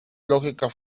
lógica